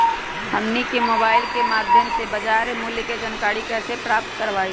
हमनी के मोबाइल के माध्यम से बाजार मूल्य के जानकारी कैसे प्राप्त करवाई?